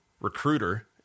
recruiter